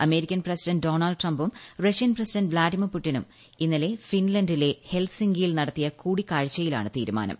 American president Donald ട്രംപും Russian president Vladimir പൂടിനും ഇന്നലെ ഫിൻലന്റിലെ ഹെൽസിങ്കിയിൽ നടത്തിയ കൂടിക്കാഴ്ചയിലാണ് തീരുമാനം